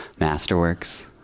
masterworks